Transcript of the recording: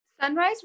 Sunrise